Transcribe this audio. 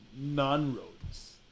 non-roads